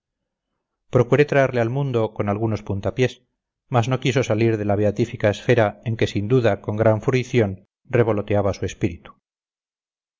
procuré traerle al mundo con algunos puntapiés mas no quiso salir de la beatífica esfera en que sin duda con gran fruición revoloteaba su espíritu